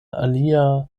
alia